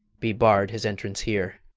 be barr'd his entrance here.